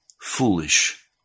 foolish